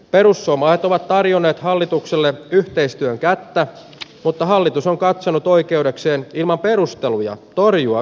perussuomat ovat tarjonneet hallitukselle yhteistyön kättä mutta hallitus on katsonut oikeudekseen ilman perusteluja torjua